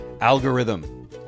algorithm